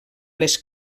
les